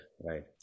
right